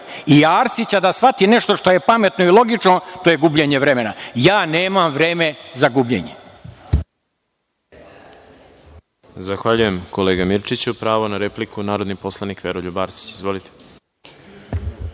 i Arsića da shvati nešto što je pametno i logično, to je gubljenje vremena. Ja nemam vreme za gubljenje.